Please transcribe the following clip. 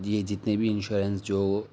یہ جتنے بھی انشورینس جو